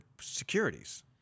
securities